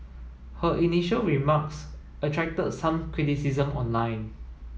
her initial remarks attracted some criticism online